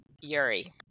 Yuri